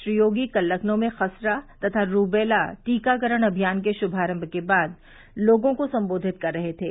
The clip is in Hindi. श्री योगी कल लखनऊ में खसरा तथा रूबेला टीकाकरण अभियान के श्मारम्म के बाद लोगों को सम्बोधित कर रहे थे